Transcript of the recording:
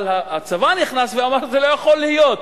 אבל הצבא נכנס ואמר: זה לא יכול להיות,